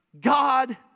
God